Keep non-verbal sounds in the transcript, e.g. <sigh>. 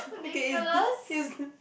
<noise> okay is <noise> is